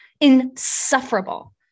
insufferable